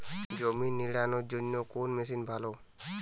জমি নিড়ানোর জন্য কোন মেশিন ভালো?